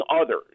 others